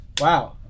wow